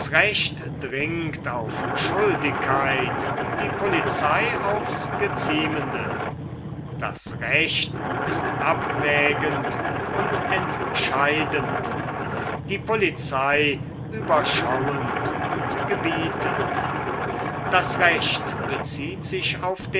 recht dringt auf schuldigkeit die polizei aufs geziemende das recht ist abwägend und entscheidend die polizei überschauend und gebietend das recht bezieht sich auf